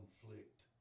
conflict